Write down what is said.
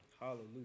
Hallelujah